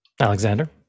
Alexander